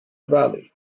valley